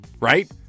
right